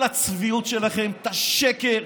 הצביעות שלכם,